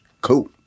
Cool